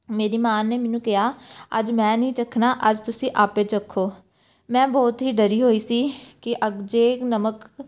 ਮੇਰੀ ਮਾਂ ਨੇ ਮੈਨੂੰ ਕਿਹਾ ਅੱਜ ਮੈਂ ਨਹੀਂ ਚੱਖਣਾ ਅੱਜ ਤੁਸੀਂ ਆਪੇ ਚੱਖੋ ਮੈਂ ਬਹੁਤ ਹੀ ਡਰੀ ਹੋਈ ਸੀ ਕਿ ਅਗ ਜੇ ਨਮਕ